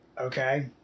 okay